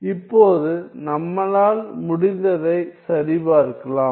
இப்போது நம்மளால் முடிந்ததை சரிபார்க்கலாம்